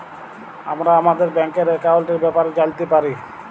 আমরা আমাদের ব্যাংকের একাউলটের ব্যাপারে জালতে পারি